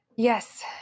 Yes